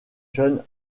jeune